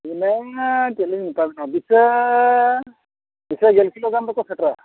ᱤᱱᱟᱹ ᱪᱮᱫᱞᱤᱧ ᱢᱮᱛᱟᱵᱤᱱᱟᱹ ᱵᱤᱥᱟᱹ ᱵᱤᱥᱟᱹ ᱰᱮᱲ ᱠᱤᱞᱳ ᱜᱟᱱ ᱫᱚᱠᱚ ᱥᱮᱴᱮᱨᱟ